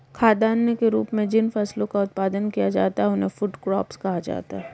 खाद्यान्न के रूप में जिन फसलों का उत्पादन किया जाता है उन्हें फूड क्रॉप्स कहा जाता है